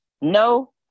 No